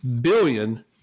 billion